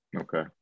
Okay